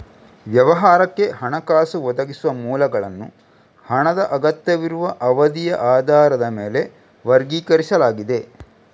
ವ್ಯವಹಾರಕ್ಕೆ ಹಣಕಾಸು ಒದಗಿಸುವ ಮೂಲಗಳನ್ನು ಹಣದ ಅಗತ್ಯವಿರುವ ಅವಧಿಯ ಆಧಾರದ ಮೇಲೆ ವರ್ಗೀಕರಿಸಲಾಗಿದೆ